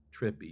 trippy